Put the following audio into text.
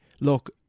look